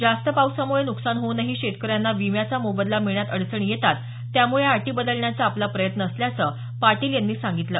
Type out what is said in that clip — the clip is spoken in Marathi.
जास्त पावसामुळे नुकसान होऊनही शेतकऱ्यांना विम्याचा मोबदला मिळण्यात अडचणी येतात त्यामुळे या अटी बदलण्याचा आपला प्रसयत्न असल्याचं पाटील यांनी सांगितलं